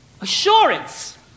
Assurance